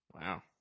Wow